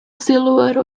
silhouette